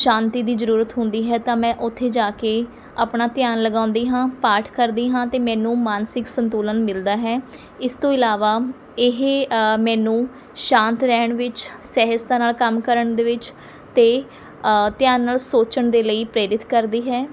ਸ਼ਾਂਤੀ ਦੀ ਜ਼ਰੂਰਤ ਹੁੰਦੀ ਹੈ ਤਾਂ ਮੈਂ ਉੱਥੇ ਜਾ ਕੇ ਆਪਣਾ ਧਿਆਨ ਲਗਾਉਂਦੀ ਹਾਂ ਪਾਠ ਕਰਦੀ ਹਾਂ ਅਤੇ ਮੈਨੂੰ ਮਾਨਸਿਕ ਸੰਤੁਲਨ ਮਿਲਦਾ ਹੈ ਇਸ ਤੋਂ ਇਲਾਵਾ ਇਹ ਮੈਨੂੰ ਸ਼ਾਂਤ ਰਹਿਣ ਵਿੱਚ ਸਹਿਜਤਾ ਨਾਲ਼ ਕੰਮ ਕਰਨ ਦੇ ਵਿੱਚ ਅਤੇ ਧਿਆਨ ਨਾਲ਼ ਸੋਚਣ ਦੇ ਲਈ ਪ੍ਰੇਰਿਤ ਕਰਦੀ ਹੈ